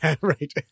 Right